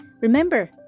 Remember